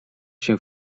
się